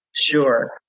Sure